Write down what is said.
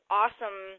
awesome